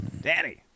Danny